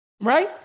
right